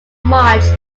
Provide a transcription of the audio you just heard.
march